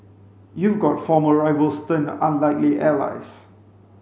you've got former rivals turned unlikely allies